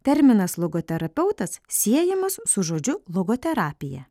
terminas logoterapeutas siejamas su žodžiu logoterapija